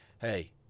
hey